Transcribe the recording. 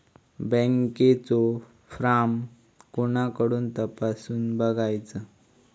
बँकेचो फार्म कोणाकडसून तपासूच बगायचा?